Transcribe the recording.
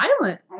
violent